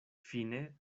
fine